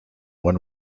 one